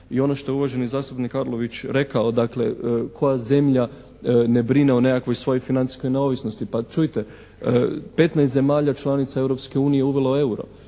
i ono što je uvaženi zastupnik Arlović rekao, dakle koja zemlja ne brine o nekakvoj svojoj financijskoj neovisnosti. Pa čujte, petnaest zemalja članica Europske unije je uvelo euro.